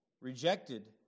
rejected